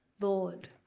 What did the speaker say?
Lord